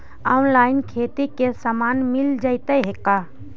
Online खेती के सामान मिल जैतै का?